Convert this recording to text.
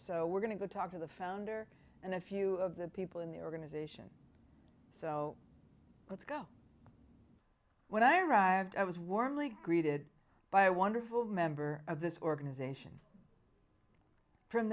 so we're going to go talk to the founder and a few of the people in the organization so let's go when i arrived i was warmly greeted by a wonderful member of this organization from